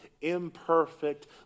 imperfect